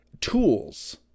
tools